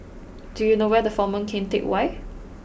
do you know where the Former Keng Teck Whay